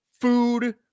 Food